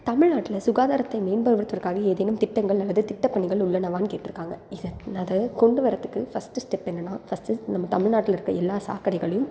தமிழ்நாட்டில் சுகாதாரத்தை மேம்பவுருத்துற்காக ஏதேனும் திட்டங்கள் அல்லது திட்டப் பணிகள் உள்ளனவான்னு கேட்டுருக்காங்க இதன் அது கொண்டு வர்றத்துக்கு ஃபர்ஸ்ட்டு ஸ்டெப் என்னென்னா ஃபர்ஸ்ட்டு நம்ம தமிழ்நாட்டில் இருக்க எல்லா சாக்கடைகளையும்